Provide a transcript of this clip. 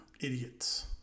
idiots